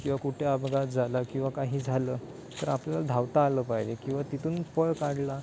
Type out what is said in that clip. किंवा कुठे अपघात झाला किंवा काही झालं तर आपल्याला धावता आलं पाहिजे किंवा तिथून पळ काढला